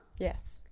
Yes